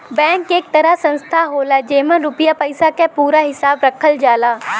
bank एक तरह संस्था होला जेमन रुपया पइसा क पूरा हिसाब रखल जाला